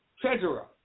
Treasurer